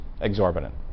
exorbitant